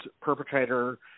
perpetrator